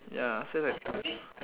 ya so like to